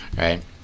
Right